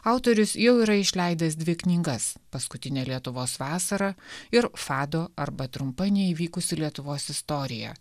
autorius jau yra išleidęs dvi knygas paskutinė lietuvos vasara ir fado arba trumpa neįvykusi lietuvos istorija